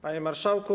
Panie Marszałku!